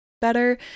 better